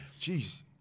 jeez